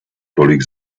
tolik